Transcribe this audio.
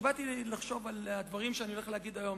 כשחשבתי על הדברים שאני הולך להגיד היום,